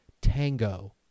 Tango